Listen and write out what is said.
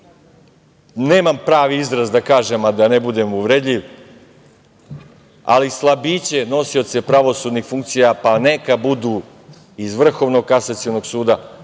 nemam pravi izraz da kažem, a da ne budem uvredljiv, ali slabiće, nosioce pravosudnih funkcija, pa neka budu iz Vrhovnog kasacionog suda